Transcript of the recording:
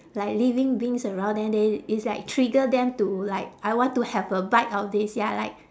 like living beings around then they it's like trigger them to like I want to have a bite of this ya like